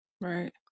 Right